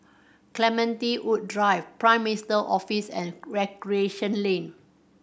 Clementi Woods Drive Prime Minister Office and Recreation Lane